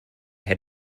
had